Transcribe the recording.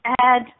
add